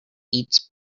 eats